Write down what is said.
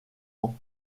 ans